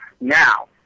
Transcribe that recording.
Now